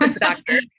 doctor